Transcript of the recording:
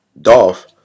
Dolph